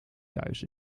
thuis